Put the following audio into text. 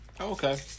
okay